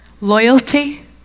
loyalty